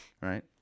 right